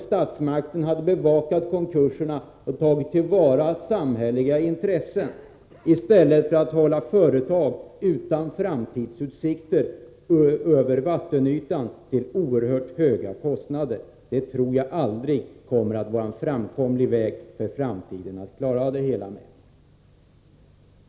Statsmakterna borde ha tagit till vara samhälleliga intressen, i stället för att hålla företag utan framtidsutsikter över vattenytan till oerhört höga kostnader. Detta kommer troligen aldrig att vara en framkomlig väg för att klara ut problem.